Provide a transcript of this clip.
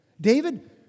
David